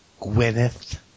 Gwyneth